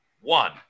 one